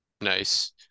Nice